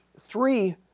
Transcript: three